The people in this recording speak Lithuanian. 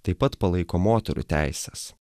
taip pat palaiko moterų teises